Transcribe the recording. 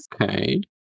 okay